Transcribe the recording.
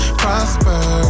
prosper